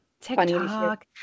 TikTok